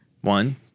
One